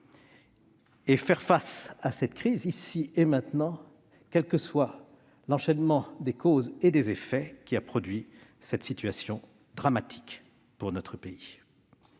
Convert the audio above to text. la crise sanitaire, ici et maintenant, quel que soit l'enchaînement des causes et des effets qui a produit cette situation dramatique pour notre pays.